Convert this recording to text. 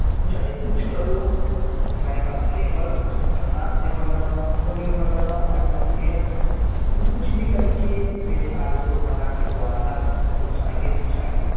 تم چاہے کچھ کرو تمہارے پاس لیبر تم پچاس لیبر لگاؤ کتنو لیبر لگاؤ آئی ڈونٹ کیئر تم کچھ بھی کر کے میرے آج روڈ بنا کے دو آج رات تک ہم کو چاہیے تو چاہیے